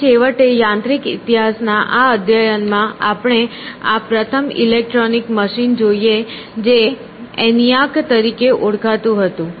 અને છેવટે યાંત્રિક ઇતિહાસના આ અધ્યયનમાં આપણે આ પ્રથમ ઇલેક્ટ્રોનિક મશીન જોઈએ જે ENIAC તરીકે ઓળખાતું હતું